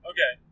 Okay